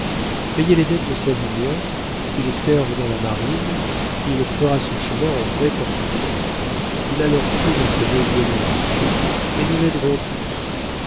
payez les dettes de savinien qu'il serve dans la marine il fera son chemin en vrai portenduère il a leur feu dans ses beaux yeux noirs et nous l'aiderons tous